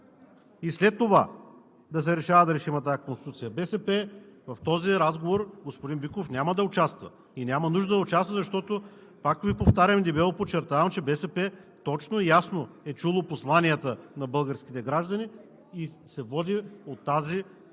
и след това да се решава дали ще я има тази Конституция. (Шум и реплики.) БСП в този разговор, господин Биков, няма да участва и няма нужда да участва, защото пак Ви повтарям и дебело подчертавам, че БСП точно и ясно е чула посланията на българските граждани и се води от тази линия.